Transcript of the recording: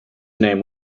name